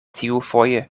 tiufoje